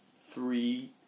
three